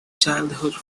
childhood